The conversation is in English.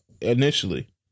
initially